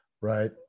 right